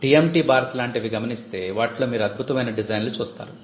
TMT bars లాంటివి గమనిస్తే వాటిలో మీరు అద్భుతమైన డిజైన్ లు చూస్తారు